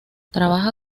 trabaja